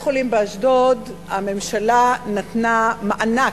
הממשלה נתנה מענק,